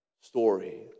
story